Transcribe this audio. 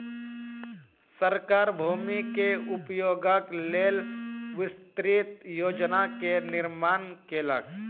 सरकार भूमि के उपयोगक लेल विस्तृत योजना के निर्माण केलक